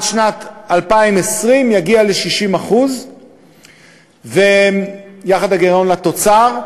שנת 2020 יגיע ל-60% יחס הגירעון לתוצר,